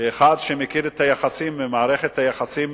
כאחד שמכיר את מערכת היחסים